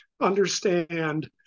understand